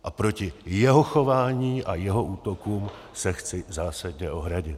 A proti jeho chování a jeho útokům se chci zásadně ohradit.